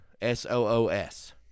S-O-O-S